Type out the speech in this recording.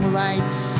lights